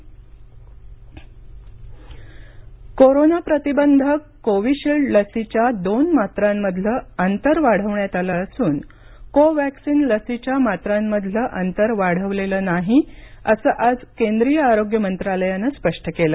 देश कोविड पत्रपरिषद कोरोना प्रतिबंधक कोविशिल्ड लसीच्या दोन मात्रांमधलं अंतर वाढवण्यात आलं असून कोवॅक्सीन लसीच्या मात्रांमधलं अंतर वाढवलेलं नाही असं आज केंद्रीय आरोग्य मंत्रालयानं स्पष केलं